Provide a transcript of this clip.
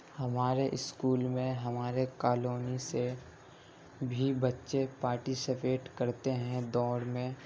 ہمارے اسکول میں ہمارے کالونی سے بھی بچے پارٹیسپیٹ کرتے ہیں دوڑ میں